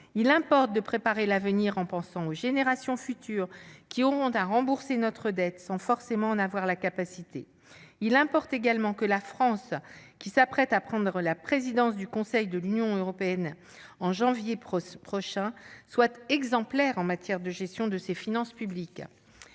Il importe de préparer l'avenir en pensant aux générations futures qui auront à rembourser notre dette sans forcément en avoir la capacité. Il importe également que la France, qui s'apprête, en janvier prochain, à prendre la présidence du Conseil de l'Union européenne, soit exemplaire en matière de gestion de ses finances publiques.